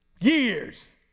years